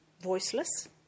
voiceless